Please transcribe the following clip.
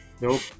Nope